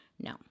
No